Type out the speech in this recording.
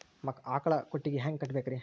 ಆಕಳ ಕೊಟ್ಟಿಗಿ ಹ್ಯಾಂಗ್ ಕಟ್ಟಬೇಕ್ರಿ?